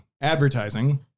advertising